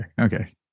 okay